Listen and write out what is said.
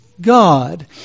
God